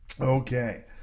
Okay